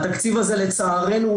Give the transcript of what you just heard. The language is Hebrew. התקציב הזה לצערנו,